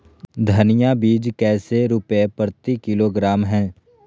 धनिया बीज कैसे रुपए प्रति किलोग्राम है?